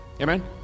Amen